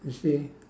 you see